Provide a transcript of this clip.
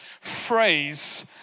phrase